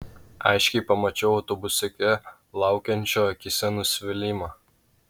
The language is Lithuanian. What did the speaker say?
aiškiai pamačiau autobusiuke laukiančio akyse nusivylimą